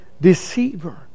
deceiver